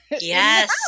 Yes